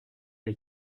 les